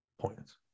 Points